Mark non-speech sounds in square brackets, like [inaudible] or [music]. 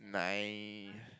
nine [breath]